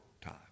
time